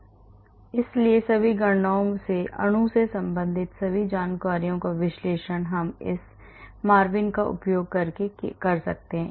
अतः सभी गणनाओं से अणु से संबंधित सभी जानकारियों का विश्लेषण इस MARVIN का उपयोग करके किया जा सकता है